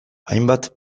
hainbat